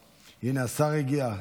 הינה, השר הגיע.